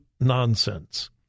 nonsense